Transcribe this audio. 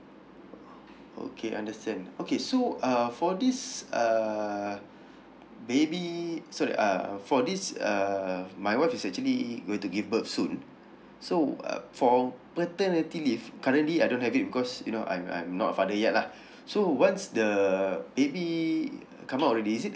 okay understand okay so uh for this uh baby sorry uh uh for this uh my wife is actually going to give birth soon so uh for paternity leave currently I don't have it because you know I'm I'm not a father yet lah so once the baby come out already is it